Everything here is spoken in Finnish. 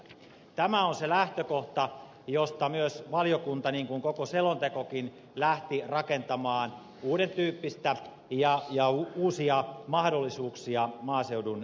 tämä on se lähtökohta josta myös valiokunta niin kuin koko selontekokin lähti rakentamaan uuden tyyppisiä mahdollisuuksia maaseudun kehittymiseen